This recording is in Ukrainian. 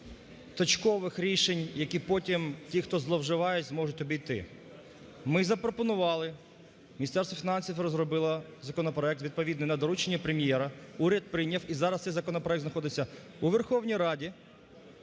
Ми запропонували, Міністерство фінансів розробило законопроект відповідний на доручення Прем'єра, уряд прийняв, і зараз цей законопроект знаходиться у Верховній Раді: